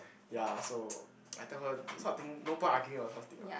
ya so I tell her those kind of thing no point arguing over such thing lah